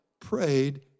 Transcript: prayed